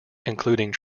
including